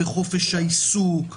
בחופש העיסוק,